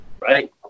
right